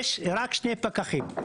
יש רק שני פקחים.